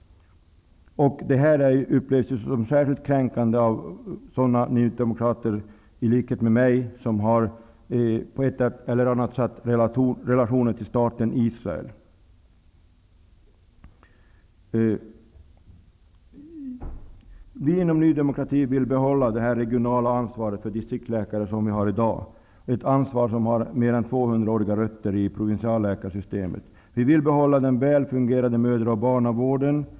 Det upplevs som särskilt kränkande av de nydemokrater som, i likhet med mig, på ett eller annat sätt har relationer till staten Israel. Vi inom Ny demokrati vill behålla det regionala ansvar för distriksläkare som vi har i dag. Det är ett ansvar som har mer än 200 år gamla rötter i provinsialläkarsystemet. Vi vill behålla den väl fungerande mödra och barnavården.